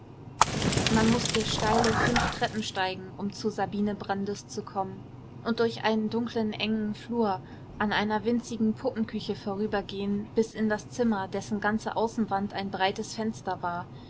man mußte steile fünf treppen steigen um zu sabine brandis zu kommen und durch einen dunklen engen flur an einer winzigen puppenküche vorübergehen bis in das zimmer dessen ganze außenwand ein breites fenster war